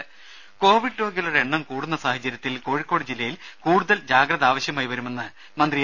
രുമ കോവിഡ് രോഗികളുടെ എണ്ണം കൂടുന്ന സാഹചര്യത്തിൽ കോഴിക്കോട് ജില്ലയിൽ കൂടുതൽ ജാഗ്രത ആവശ്യമായി വരുമെന്ന് മന്ത്രി എ